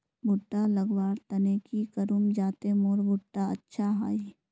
भुट्टा लगवार तने की करूम जाते मोर भुट्टा अच्छा हाई?